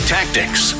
Tactics